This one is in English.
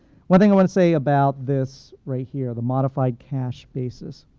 one thing i want to say about this right here, the modified cash basis.